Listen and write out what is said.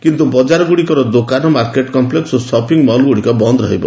କିନ୍ତୁ ବଜାର ଗୁଡ଼ିକର ଦୋକାନ ମାର୍କେଟ୍ କମ୍ପ୍ଲେକ୍ସ ଓ ସପିଂ ମଲ୍ ଗୁଡ଼ିକ ବନ୍ଦ ରହିବ